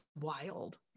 wild